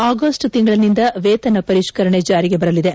August ತಿಂಗಳನಿಂದ ವೇತನ ಪರಿಷ್ಠರಣೆ ಜಾರಿಗೆ ಬರಲಿದೆ